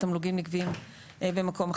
התמלוגים נגבים במקום אחר.